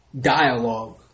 dialogue